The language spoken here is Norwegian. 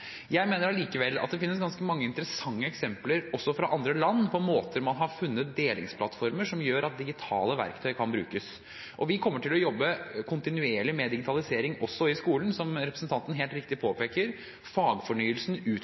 Jeg mener allikevel at det finnes ganske mange interessante eksempler, også fra andre land, på måter man har funnet delingsplattformer som gjør at digitale verktøy kan brukes. Vi kommer til å jobbe kontinuerlig med digitalisering også i skolen. Som representanten helt riktig påpeker, utfordrer også fagfornyelsen